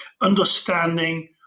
understanding